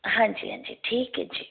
ਹਾਂਜੀ ਹਾਂਜੀ ਠੀਕ ਹੈ ਜੀ